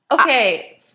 Okay